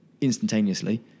instantaneously